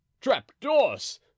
trap-doors